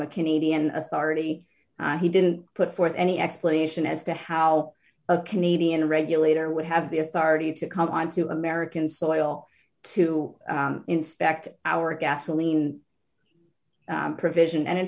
a canadian authority and he didn't put forth any explanation as to how a canadian regulator would have the authority to come onto american soil to inspect our gasoline provision and in